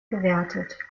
gewertet